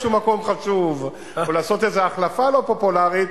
מקום או לעשות איזו החלפה לא פופולרית,